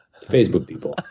facebook people.